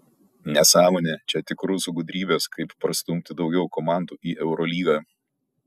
nesąmonė čia tik rusų gudrybės kaip prastumti daugiau komandų į eurolygą